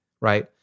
right